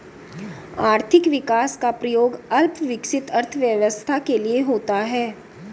आर्थिक विकास का प्रयोग अल्प विकसित अर्थव्यवस्था के लिए होता है